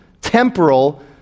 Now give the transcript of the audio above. temporal